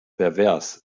pervers